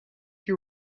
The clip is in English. you